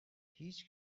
هیچ